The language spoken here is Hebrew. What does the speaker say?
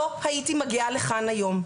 לא הייתי מגיעה לכאן היום.